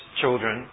children